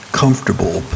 comfortable